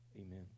amen